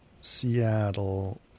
seattle